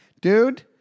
Dude